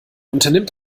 unternimmt